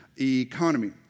economy